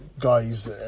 guys